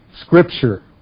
scripture